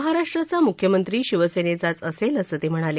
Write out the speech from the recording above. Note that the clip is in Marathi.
महाराष्ट्राचा मुख्यमंत्री शिवसेनेचाच असेल असं राऊत म्हणाले